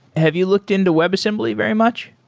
have you looked into webassembly very much?